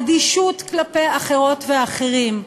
אדישות כלפי האחרות והאחרים,